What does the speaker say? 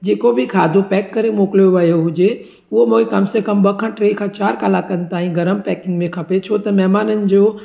जेको बि खाधो पैक करे मोकिलियो वियो हुजे उहो मूंखे कम से कम ॿ खां टे चारि कलाकनि ताईं गरमु पैकिंग में खपे छो त महिमाननि जो